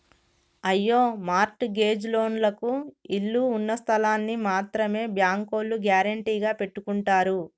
అయ్యో mortgage లోన్లకు ఇళ్ళు ఉన్నస్థలాల్ని మాత్రమే బ్యాంకోల్లు గ్యారెంటీగా పెట్టుకుంటారు